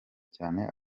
cyane